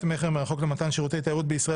מכר מרחוק למתן שירותי תיירות בישראל),